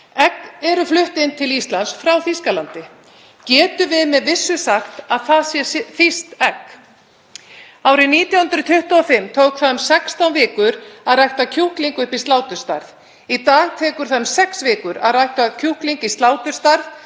Egg eru flutt inn til Íslands frá Þýskalandi. Getum við með vissu sagt að það sé þýskt egg? Árið 1925 tók það um 16 vikur að rækta kjúkling upp í sláturstærð. Í dag tekur það sex vikur að rækta upp kjúkling í sláturstærð